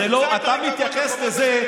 אתה מתייחס לזה,